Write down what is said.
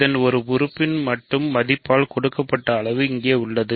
இதன் ஒரு ஒரு உறுப்பின் மட்டும் மதிப்பால் கொடுக்கப்பட்ட அளவு இங்கே உள்ளது